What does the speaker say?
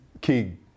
king